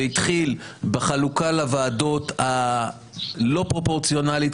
זה התחיל בחלוקה לוועדות הלא פרופורציונלית,